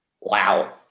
wow